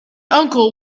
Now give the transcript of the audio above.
uncle